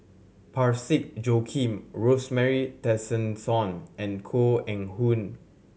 Parsick Joaquim Rosemary Tessensohn and Koh Eng Hoon